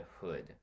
Hood